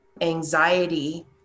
anxiety